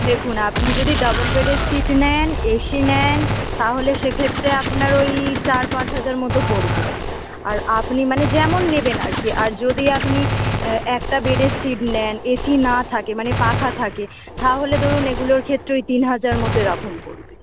দেখুন আপনি যদি ডবল বেডের সিট নেন এসি নেন তাহলে সে ক্ষেত্রে আপনার ওই চার পাঁচ হাজার মতো পড়বে আর আপনি মানে যেমন নেবেন আর কি আর যদি আপনি একটা বেডের সিট নেন এসি না থাকে মানে পাখা থাকে থাহলে ধরুন এগুলোর ক্ষেত্রে ওই তিন হাজার মতো এরকম পড়বে